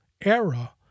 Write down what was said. era